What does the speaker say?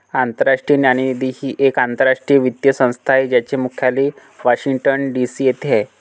आंतरराष्ट्रीय नाणेनिधी ही एक आंतरराष्ट्रीय वित्तीय संस्था आहे ज्याचे मुख्यालय वॉशिंग्टन डी.सी येथे आहे